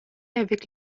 avec